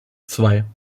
zwei